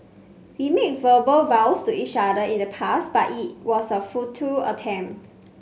we made verbal vows to each other in the past but it was a futile attempt